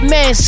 Man